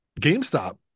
GameStop